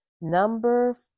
Number